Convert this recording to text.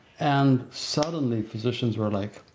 and suddenly physicians were like,